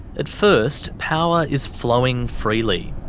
at first, power is flowing freely.